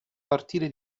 partire